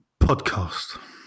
Podcast